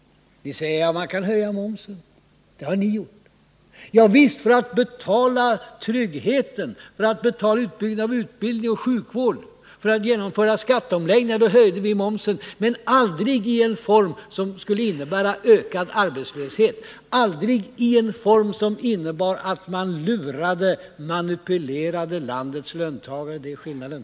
Ni säger: Man kan höja momsen — det har socialdemokraterna gjort. Ja visst, men det var för att betala tryggheten och utbyggnaden av utbildning och sjukvård och för att genomföra skatteomläggningar som vi höjde momsen. Men vi kan aldrig acceptera en momshöjning som får till följd ökad arbetslöshet och som innebär att man manipulerar landets löntagare. Det är skillnaden.